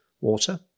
Water